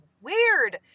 weird